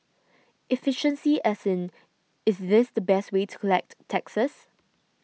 efficiency as in is this the best way to collect taxes